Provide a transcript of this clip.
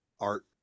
art